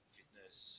Fitness